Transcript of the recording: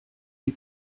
die